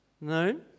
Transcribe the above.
No